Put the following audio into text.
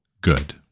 good